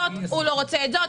כל אחד על פי הנטייה שלו.